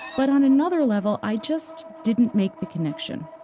but on another level i just didn't make the connection.